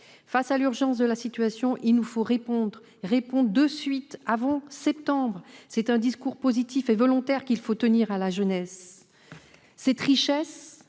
Face à l'urgence de la situation, il nous faut répondre, tout de suite, avant le mois de septembre. C'est un discours positif et volontaire qu'il faut tenir à la jeunesse. La richesse